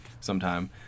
sometime